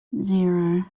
zero